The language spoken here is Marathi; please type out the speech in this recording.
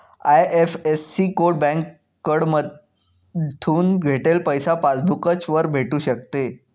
आय.एफ.एस.सी कोड बँककडथून भेटेल पैसा पासबूक वरच भेटू शकस